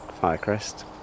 Firecrest